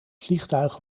vliegtuig